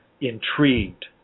intrigued